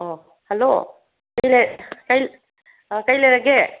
ꯑꯣ ꯍꯜꯂꯣ ꯑꯣ ꯀꯔꯤ ꯂꯩꯔꯒꯦ